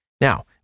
Now